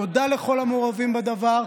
תודה לכל המעורבים בדבר,